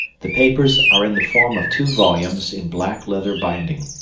the papers are in the form of two volumes in black leather binding,